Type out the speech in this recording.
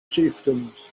chieftains